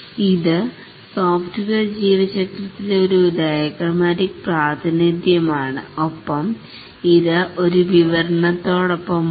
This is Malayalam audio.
ഇത് സോഫ്റ്റ്വെയർ ജീവ ചക്രത്തിലെ ഒരു ഡയഗ്രമാറ്റിക് പ്രാതിനിധ്യമാണ് ഒപ്പം ഇത് ഒരു വിവരണത്തോടോപ്പമുണ്ട്